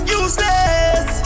useless